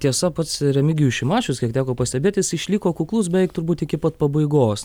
tiesa pats remigijus šimašius kiek teko pastebėt jis išliko kuklus beveik turbūt iki pat pabaigos